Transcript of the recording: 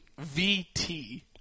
VT